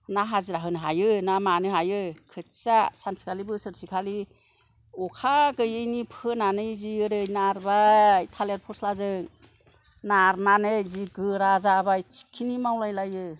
ना हाजिरा होनो हायो ना मानो हायो खोथिया सानसेखालि बोसोरसेखालि अखा गोयैनि फोनानै जि ओरै नारबाय थालिर फस्लाजों नारनानै जि गोरा जाबाय थिखिनि मावलायलायो